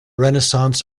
renaissance